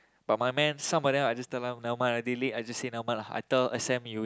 but my man some of them I just tell them never mind lah they late I just say never mind lah I tell S_M you in